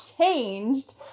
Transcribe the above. changed